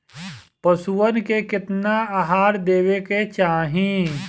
पशुअन के केतना आहार देवे के चाही?